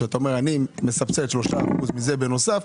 שאומר: אני מסבסד 3% מזה בנוסף,